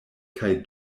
kaj